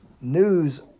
News